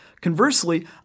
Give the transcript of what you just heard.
Conversely